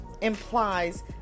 implies